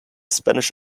spanish